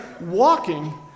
walking